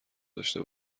داشته